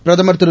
பிரதமர் திரு